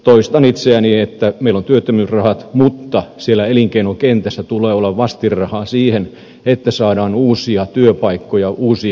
toistan itseäni että meillä on työttömyysrahat mutta siellä elinkeinokentässä tulee olla vastinrahaa siihen että saadaan uusia työpaikkoja uusiin yrityksiin